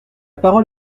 parole